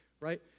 Right